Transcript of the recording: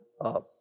up